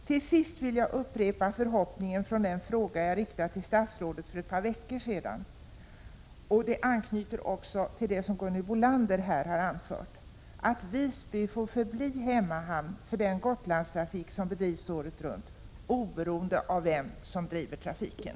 Till sist vill jag upprepa förhoppningen från den fråga jag riktade till statsrådet för ett par veckor sedan — den anknyter också till vad Gunnel Bolander här har anfört — nämligen att Visby får förbli hemmahamn för den Gotlandstrafik som bedrivs året runt, oberoende av vem som driver trafiken.